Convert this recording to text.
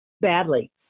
badly